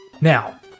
Now